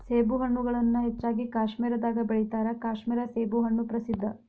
ಸೇಬುಹಣ್ಣುಗಳನ್ನಾ ಹೆಚ್ಚಾಗಿ ಕಾಶ್ಮೇರದಾಗ ಬೆಳಿತಾರ ಕಾಶ್ಮೇರ ಸೇಬುಹಣ್ಣು ಪ್ರಸಿದ್ಧ